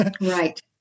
Right